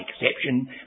exception